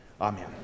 Amen